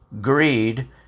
greed